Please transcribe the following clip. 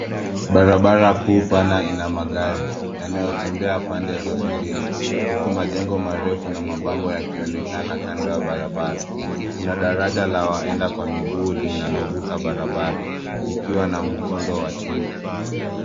Barabara kuu pana ina magari yanayotembea pande zote mbili uku majengo marefu na mabango yakionekana kando ya barabara. Kuna daraja la waenda kwa miguu linalovuka barabara likiwa na muundo wa chuma.